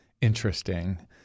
interesting